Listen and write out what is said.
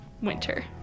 winter